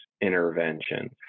intervention